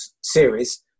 series